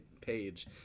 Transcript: page